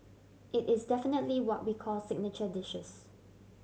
it is definitely what we call signature dishes